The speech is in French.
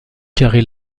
carrés